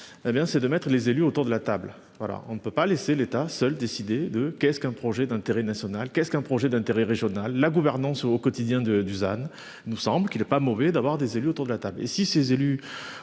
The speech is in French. c'est de mettre les élus autour de la table. Voilà, on ne peut pas laisser l'État seul décider de qu'est-ce qu'un projet d'intérêt national, qu'est-ce qu'un projet d'intérêt régional la gouvernance au au quotidien de Dusan nous semble qu'il est pas mauvais d'avoir des élus autour de la table